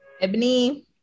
Ebony